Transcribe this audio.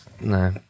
no